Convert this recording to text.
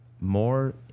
more